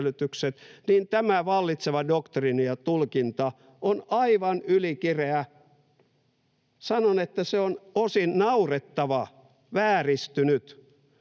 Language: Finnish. tämä vallitseva doktriini ja tulkinta on aivan ylikireä. Sanon, että se on osin naurettava, vääristynyt.